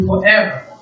forever